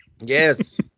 Yes